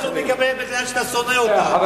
למה